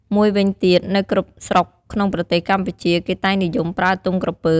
មួយវិញទៀត នៅគ្រប់ស្រុកក្នុងប្រទេសកម្ពុជា គេតែងនិយមប្រើទង់ក្រពើ និង ទង់ព្រលឹងនៅពេលមានមនុស្សស្លាប់ ។